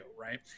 Right